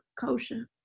Kosha